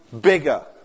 bigger